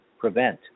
prevent